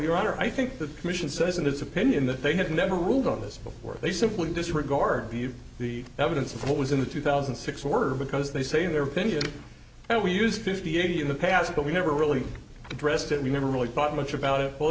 your honor i think the commission says in his opinion that they have never ruled on this before they simply disregard view the evidence of what was in the two thousand six word because they say in their opinion we used fifty eight in the past but we never really addressed it we never really thought much about it well